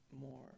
more